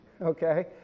okay